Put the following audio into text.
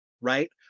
right